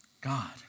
God